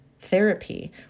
therapy